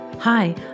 Hi